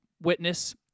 witness